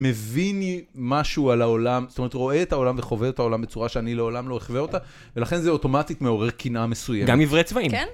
מביני משהו על העולם, זאת אומרת, רואה את העולם וחובר את העולם בצורה שאני לעולם לא אוכבה אותה, ולכן זה אוטומטית מעורר קנאה מסוימת. גם עיוורי צבעים.